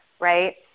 right